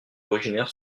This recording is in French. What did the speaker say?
originaires